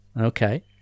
Okay